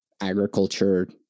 agriculture